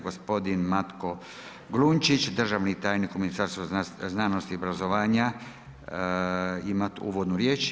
Gospodin Matko Glunčić, državni tajnik u Ministarstvu znanosti i obrazovanja ima uvodnu riječ.